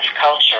culture